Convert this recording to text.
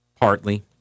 partly